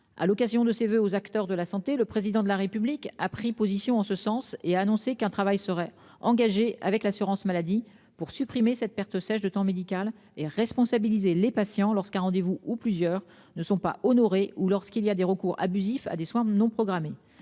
À l'occasion de ses voeux aux acteurs de la santé, le président de la République a pris position en ce sens et a annoncé qu'un travail serait engagée avec l'assurance maladie pour supprimer cette perte sèche de temps médical et responsabiliser les patients lorsqu'un rendez vous où plusieurs ne sont pas honorés ou lorsqu'il y a des recours abusif à des soins non programmés.